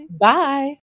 Bye